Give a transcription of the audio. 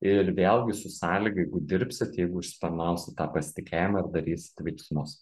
ir vėlgi su sąlyga jeigu dirbsit jeigu užsitarnausit tą pasitikėjimą ir darysit veiksmus